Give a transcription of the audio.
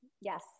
yes